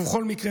ובכל מקרה,